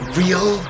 real